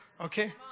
Okay